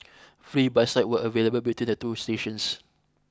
free bus rides were available between the two stations